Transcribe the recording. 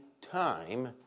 time